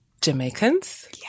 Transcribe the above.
Jamaicans